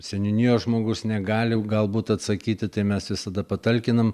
seniūnijos žmogus negali galbūt atsakyti tai mes visada patalkinam